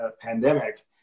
pandemic